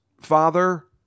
father